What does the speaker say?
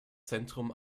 zentrum